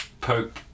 pope